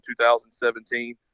2017